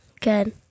Good